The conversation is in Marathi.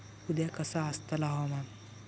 उद्या कसा आसतला हवामान?